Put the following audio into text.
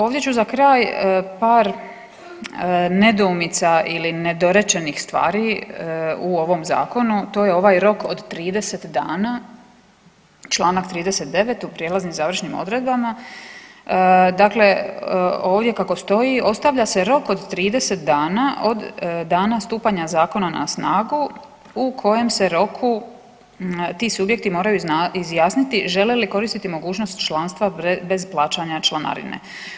Ovdje ću za kraj par nedoumica ili nedorečenih stvari u ovom Zakonu, to je ovaj rok od 30 dana, čl. 39 u prijelaznim i završnim odredbama, dakle ovdje kako stoji, ostavlja se rok od 30 dana od dana stupanja Zakona na snagu u kojem se roku ti subjekti moraju izjasniti žele li koristiti mogućnost članstva bez plaćanja članarine.